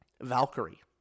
Valkyrie